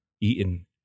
eaten